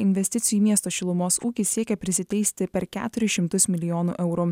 investicijų į miesto šilumos ūkį siekia prisiteisti per keturis šimtus milijonų eurų